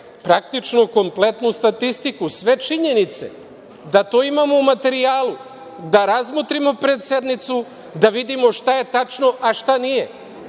praktično kompletnu statistiku, sve činjenice, da to imamo u materijalu, da razmotrimo pred sednicu, da vidimo šta je tačno a šta nije,